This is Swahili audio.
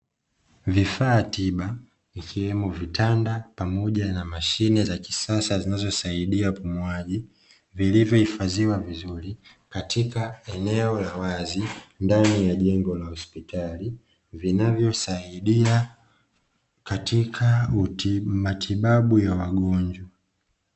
Vifaa tiba ikiwemo vitanda pamoja na mashine za kisasa zinazosaidia upumuaji vilivyohifadhiwa vizuri katika eneo la wazi ndani ya jengo la hospitali, vinavyosaidia katika matibabu ya magonjwa.